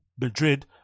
Madrid